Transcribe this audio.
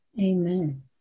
Amen